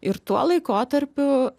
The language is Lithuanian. ir tuo laikotarpiu